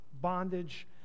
bondage